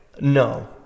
No